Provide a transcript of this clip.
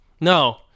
no